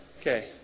Okay